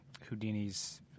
Houdini's